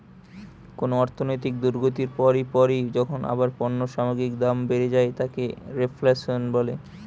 কুনো অর্থনৈতিক দুর্গতির পর পরই যখন আবার পণ্য সামগ্রীর দাম বেড়ে যায় তাকে রেফ্ল্যাশন বলে